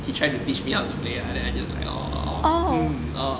he try to teach me how to play ah then I just like orh orh orh mm orh